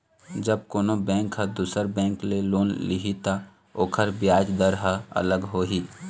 जब कोनो बेंक ह दुसर बेंक ले लोन लिही त ओखर बियाज दर ह अलग होही